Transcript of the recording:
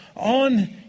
on